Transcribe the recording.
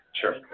sure